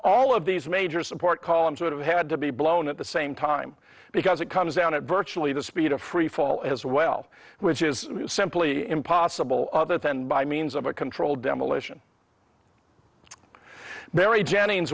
all of these major support columns would have had to be blown at the same time because it comes down at virtually the speed of freefall as well which is simply impossible other than by means of a controlled demolition very jennings